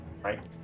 right